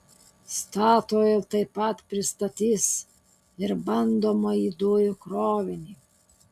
statoil taip pat pristatys ir bandomąjį dujų krovinį